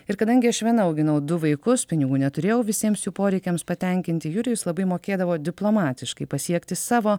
ir kadangi aš viena auginau du vaikus pinigų neturėjau visiems jų poreikiams patenkinti jurijus labai mokėdavo diplomatiškai pasiekti savo